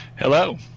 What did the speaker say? Hello